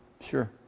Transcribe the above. Sure